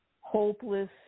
hopeless